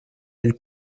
del